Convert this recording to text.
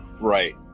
right